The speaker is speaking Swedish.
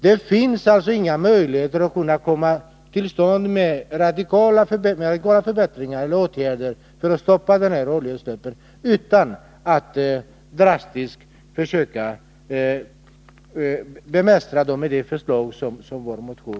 Det finns alltså inga andra möjligheter att få till stånd radikala åtgärder för att stoppa oljeutsläppen än att drastiskt försöka bemästra dem med det förslag som finns i vår motion.